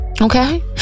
Okay